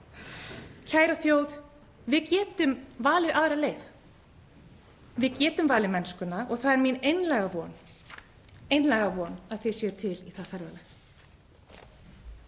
Kæra þjóð. Við getum valið aðra leið. Við getum valið mennskuna og það er mín einlæga von að þið séuð til í það ferðalag.